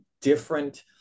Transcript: different